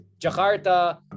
Jakarta